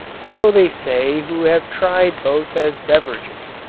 so they say who have tried both as beverages.